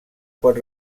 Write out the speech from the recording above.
pot